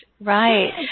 Right